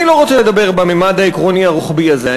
אני לא רוצה לדבר בממד העקרוני הרוחבי הזה,